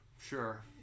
Sure